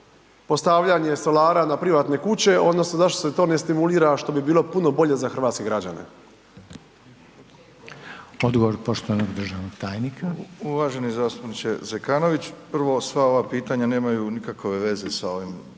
postavljanje solara na privatne kuće odnosno zašto se to ne stimulira što bi bilo puno bolje za Hrvatske građane? **Reiner, Željko (HDZ)** Odgovor poštovanog državnog tajnika. **Milatić, Ivo** Uvaženi zastupniče Zekanović, prvo, sva ova pitanja nemaju nikakve veze sa ovim